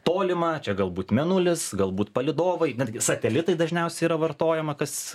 tolima čia galbūt mėnulis galbūt palydovai netgi satelitai dažniausiai yra vartojama kas